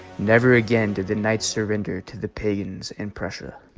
never again to the night serve endure to the pagans and prussia